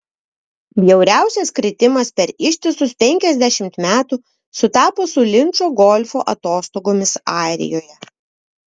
bjauriausias kritimas per ištisus penkiasdešimt metų sutapo su linčo golfo atostogomis airijoje